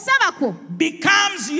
becomes